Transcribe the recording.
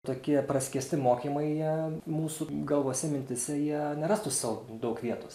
tokie praskiesti mokymai jie mūsų galvose mintyse jie nerastų sau daug vietos